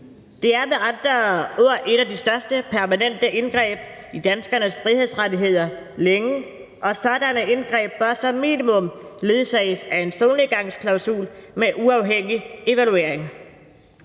Det er med andre ord et af de største permanente indgreb i danskernes frihedsrettigheder længe, og sådanne indgreb bør som minimum ledsages af en solnedgangsklausul med uafhængig evaluering.